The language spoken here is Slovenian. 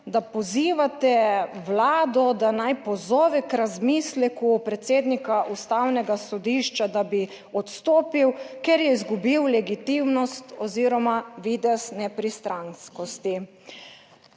da pozivate Vlado, da naj pozove k razmisleku predsednika Ustavnega sodišča, da bi odstopil, ker je izgubil legitimnost oziroma videz nepristranskosti.